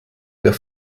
der